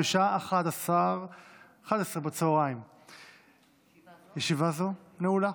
בשעה 11:00. ישיבה זו נעולה.